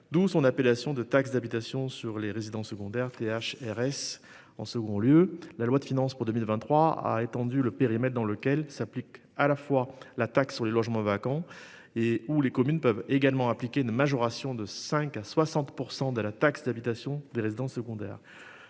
D'où son appellation de taxe d'habitation sur les résidences secondaires Th RS. En second lieu, la loi de finances pour 2023 a étendu le périmètre dans lequel s'applique à la fois la taxe sur les logements vacants et où les communes peuvent également appliquer une majoration de 5 à 60% de la taxe d'habitation des résidences secondaires.